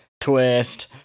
twist